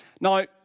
Now